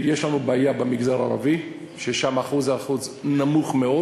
יש לנו בעיה במגזר הערבי, ששם האחוז נמוך מאוד.